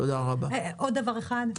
עוד דבר אחד,